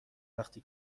وقتی